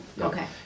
Okay